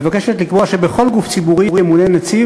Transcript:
מבקשת לקבוע שבכל גוף ציבורי ימונה נציב